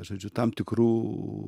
žodžiu tam tikrų